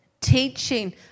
Teaching